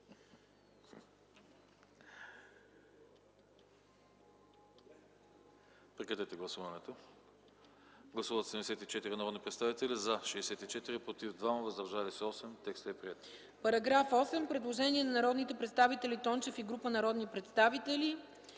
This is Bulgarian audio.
както е по доклада. Гласували 74 народни представители: за 64, против 2, въздържали се 8. Текстът е приет. По § 8 има предложение на народните представители Тончев и група народни представители.